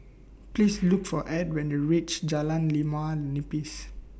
Please Look For Edd when YOU REACH Jalan Limau Nipis